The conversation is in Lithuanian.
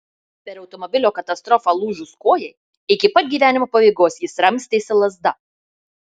per automobilio katastrofą lūžus kojai iki pat gyvenimo pabaigos jis ramstėsi lazda